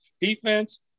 defense